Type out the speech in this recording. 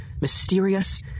mysterious